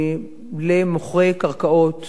למוכרי קרקעות